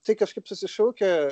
tai kažkaip susišaukia